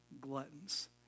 gluttons